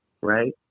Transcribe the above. right